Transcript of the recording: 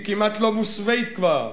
היא כמעט לא מוסווית כבר.